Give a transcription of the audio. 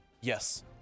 Yes